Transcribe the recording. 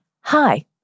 Hi